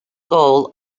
goal